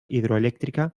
hidroelèctrica